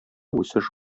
үсеш